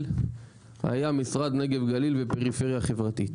היה משרד נגב גליל ופריפריה חברתית.